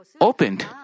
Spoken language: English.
opened